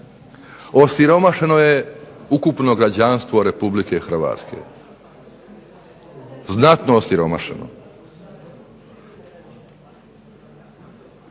Osiromašeno je ukupno građanstvo Republike Hrvatske, znatno osiromašeno.